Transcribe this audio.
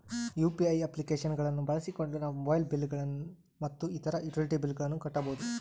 UPI application ಗಳನ್ನ ಬಳಸಿಕೊಂಡು ನಾವು ಮೊಬೈಲ್ ಬಿಲ್ ಗಳು ಮತ್ತು ಇತರ ಯುಟಿಲಿಟಿ ಬಿಲ್ ಗಳನ್ನ ಕಟ್ಟಬಹುದು